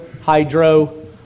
hydro